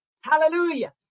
Hallelujah